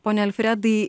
pone alfredai